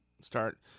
start